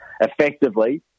effectively